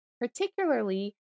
particularly